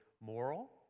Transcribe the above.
moral